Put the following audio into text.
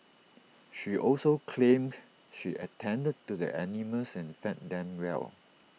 she also claimed she attended to the animals and fed them well